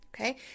Okay